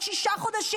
עוד שישה חודשים,